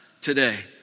today